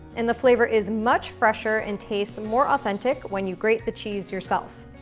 and the flavor is much fresher and tastes more authentic when you grate the cheese yourself.